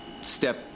step